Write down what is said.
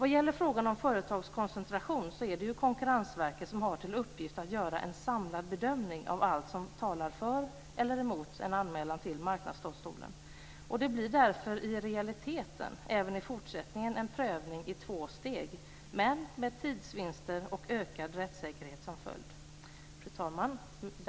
Vad gäller frågan om företagskoncentration är det ju Konkurrensverket som har till uppgift att göra en samlad bedömning av allt som talar för eller emot en anmälan till Marknadsdomstolen, och det blir därför i realiteten även i fortsättningen en prövning i två steg, men med tidsvinster och ökad rättssäkerhet som följd. Fru talman!